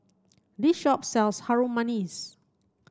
this shop sells Harum Manis